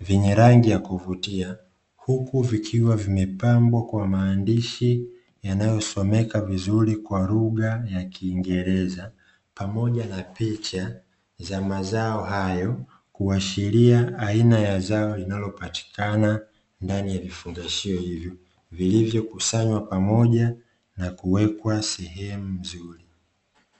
vyenye rangi ya kuvutia, huku vikiwa vimepambwa kwa maandishi yanayosomeka vizuri kwa lugha ya Kiingereza pamoja na picha za mazao hayo, kuashiria aina ya zao linalopatikana ndani ya vifungashio hivyo vilivyokusanywa pamoja na kuwekwa sehemu nzuri.